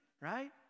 Right